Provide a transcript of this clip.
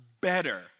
better